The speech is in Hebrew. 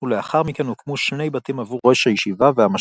ולאחר מכן הוקמו שני בתים עבור ראש הישיבה והמשגיח.